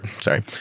sorry